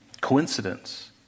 coincidence